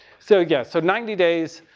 so yeah, so ninety days.